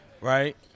Right